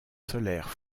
solaires